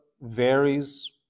varies